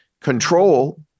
control